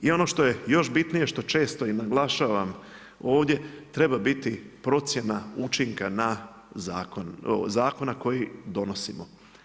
I ono što je još bitnije što često i naglašavam ovdje treba biti procjena učinka na zakon, zakon koji donosimo.